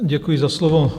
Děkuji za slovo.